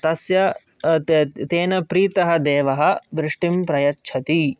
तस्य तेन प्रीतः देवः वृष्टिं प्रयच्छति